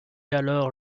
alors